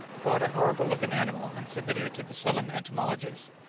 brought a horrible-looking animal, and submitted it to the sullen entomologist.